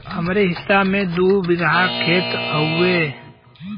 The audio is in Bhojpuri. हमरे हिस्सा मे दू बिगहा खेत हउए त हमके कृषि ऋण मिल जाई साहब?